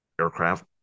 aircraft